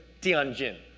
Tianjin